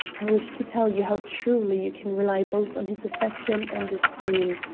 i wish to tell you how truly you can rely both on his affection and esteem.